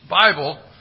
Bible